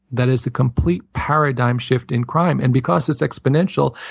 that is a complete paradigm shift in crime. and because it's exponential,